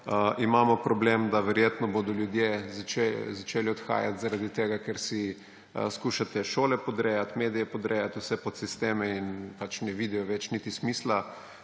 Imamo problem, da verjetno bodo ljudje začeli odhajati zaradi tega, ker si skušate šole podrejati, medije podrejati, vse podsisteme, in pač ne vidijo več niti smisla